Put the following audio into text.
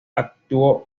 actuó